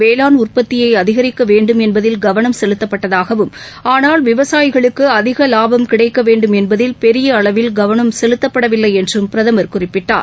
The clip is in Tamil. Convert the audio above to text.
வேளாண் உற்பத்தியை அதிகரிக்க வேண்டும் என்பதில் கவனம் செலுத்தப்பட்டதாகவும் ஆனால் விவசாயிகளுக்கு அதிக லாபம் கிடைக்க வேண்டும் என்பதில் பெரிய அளவில் கவனம் செலுத்தப்படவில்லை என்றும் பிரதமர் குறிப்பிட்டார்